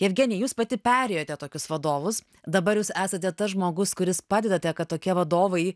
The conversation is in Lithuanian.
jevgenija jūs pati perėjote tokius vadovus dabar jūs esate tas žmogus kuris padedate kad tokie vadovai